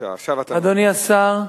אדוני השר,